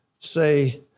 say